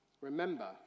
Remember